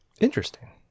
Interesting